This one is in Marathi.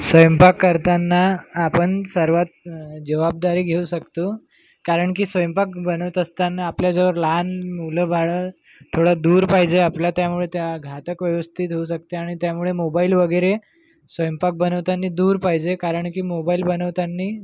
स्वयंपाक करताना आपण सर्वात जवाबदारी घेऊ शकतो कारण की स्वयंपाक बनवत असताना आपल्या जवळ लहान मुलं बाळं थोडं दूर पाहिजे आपल्या त्यामुळे त्या घातक व्यवस्थित होऊ शकते आणि त्यामुळे मोबाईल वगैरे स्वयंपाक बनवताना दूर पाहिजे कारण की मोबाईल बनवताना